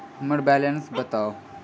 हम्मर बैलेंस बताऊ